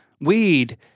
weed